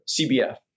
cbf